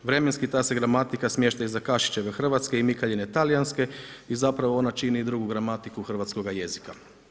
Vremenski ta se gramatika smješta iza Kašićeve Hrvatske i Mikaljine talijanske i zapravo ona čini drugu gramatiku hrvatskoga jezika.